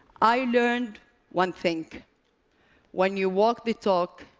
i learned one thing when you walk the talk,